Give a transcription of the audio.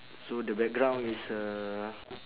so the background is a